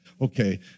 Okay